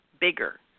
bigger